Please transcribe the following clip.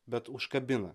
bet užkabina